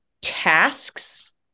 tasks